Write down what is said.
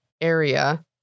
area